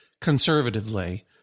conservatively